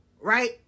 Right